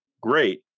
Great